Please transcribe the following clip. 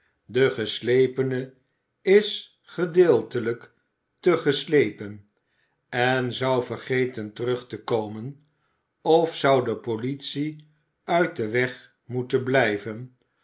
de geslepene is gedeeltelijk te geslepen en zou vergeten terug te komen of zou de politie uit den weg moeten blijven